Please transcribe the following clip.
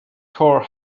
car